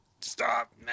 stop